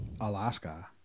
Alaska